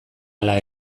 ala